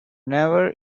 never